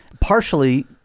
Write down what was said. partially